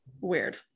weird